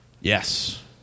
yes